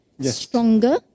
stronger